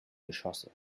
geschosse